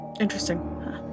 Interesting